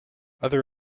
other